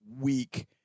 week